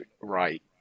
right